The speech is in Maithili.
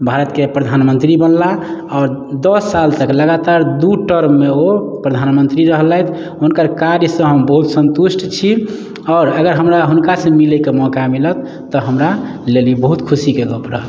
भारत के प्रधानमंत्री बनला आओर दस साल तक लगातार दू टर्म मे ओ प्रधानमंत्री रहलथि हुनकर कार्य सँ हम बहुत सन्तुष्ट छी आओर अगर हमरा हुनका सँ मिलै के मौका मिलत तऽ हमरा लेल ई बहुत खुशी के गप रहत